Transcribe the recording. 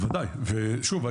ושוב,